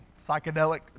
psychedelic